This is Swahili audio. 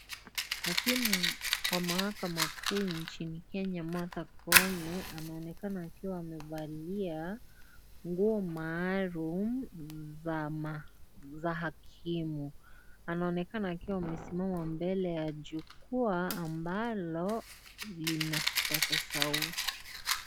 Hakimu wa mahakama kuu mjini Kenya Martha koome. Anaonekana akiwa amevalia nguo maalum, za hakimu. Anaonekana akiwa amesimama mbele ya jukwaa ambalo, lina kipaza sauti.